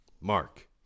Mark